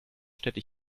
städte